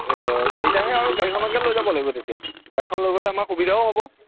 চাৰিটাহে আৰু গাড়ীখনকে লৈ যাব লাগিব তেতিয়া গাড়ীখন লৈ গ'লে আমাৰ সুবিধাও হ'ব